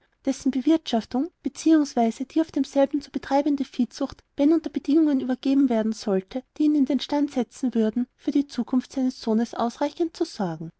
dessen bewirtschaftung beziehungsweise die auf demselben zu betreibende viehzucht ben unter bedingungen übernehmen solle die ihn in den stand setzen würden für die zukunft seines sohnes ausreichend zu sorgen